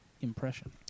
impression